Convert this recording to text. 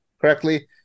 correctly